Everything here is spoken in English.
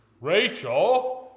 rachel